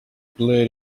blurred